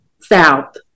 south